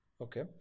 Okay